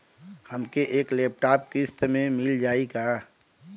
हमके एक लैपटॉप किस्त मे मिल जाई का?